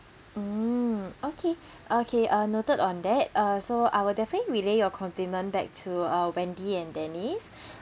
mm okay okay uh noted on that uh so I will definitely relay your compliment back to uh wendy and dennis